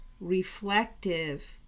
reflective